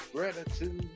Gratitude